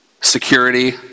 security